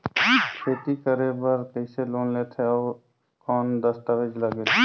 खेती करे बर कइसे लोन लेथे और कौन दस्तावेज लगेल?